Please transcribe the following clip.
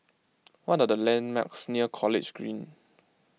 what are the landmarks near College Green